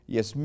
Yes